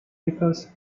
because